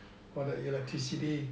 for electricity